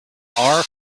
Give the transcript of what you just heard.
our